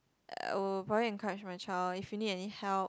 ~I would probably encourage my child if you need any help